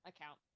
account